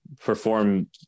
perform